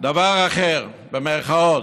"דבר אחר", במירכאות,